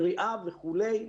קריאה וכולי.